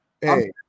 Hey